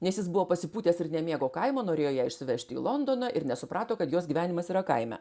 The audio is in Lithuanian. nes jis buvo pasipūtęs ir nemėgo kaimo norėjo ją išsivežti į londoną ir nesuprato kad jos gyvenimas yra kaime